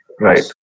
Right